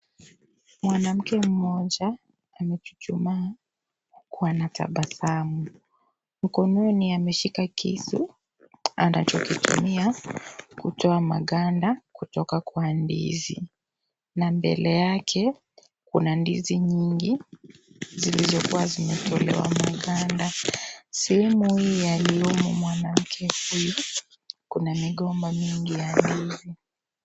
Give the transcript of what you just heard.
Mwanamke mmoja, amechuchumaa, huku ana tabasamu, mkononi ameshika kisu, anacho kitumia kutoa maganda, kutoka kwa ndizi, na mbele yake, kuna ndizi nyingi, zilizokuwa zimetolewa maganda, sehemu hii aliyomo mwanamke huyu, kuna migomba mingi ya ndizi.